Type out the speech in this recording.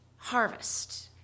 harvest